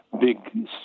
big